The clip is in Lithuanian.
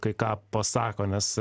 kai ką pasako nes